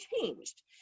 changed